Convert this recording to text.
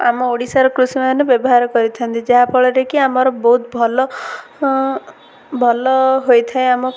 ଆମ ଓଡ଼ିଶାର କୃଷିମାନେ ବ୍ୟବହାର କରିଥାନ୍ତି ଯାହାଫଳରେ କି ଆମର ବହୁତ ଭଲ ଭଲ ହୋଇଥାଏ ଆମ